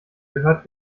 gehört